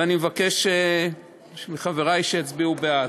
ואני מבקש מחברי שיצביעו בעד.